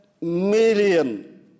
million